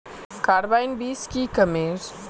Carbine बीस की कमेर?